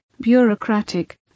bureaucratic